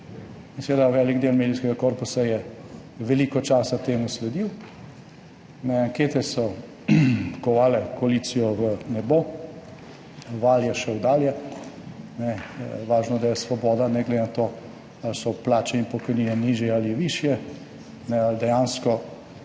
velik del medijskega korpusa veliko časa temu sledil. Ankete so kovale koalicijo v nebo, val je šel dalje. Važno, da je Svoboda, ne glede na to, ali so plače in pokojnine nižje ali višje, ali dejansko